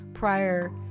Prior